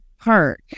Park